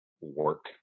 work